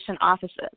offices